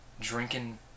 drinking